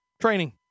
training